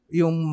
yung